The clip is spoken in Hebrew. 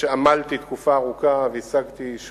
והפרויקטים התחבורתיים